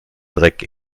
dreck